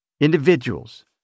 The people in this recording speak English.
Individuals